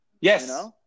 Yes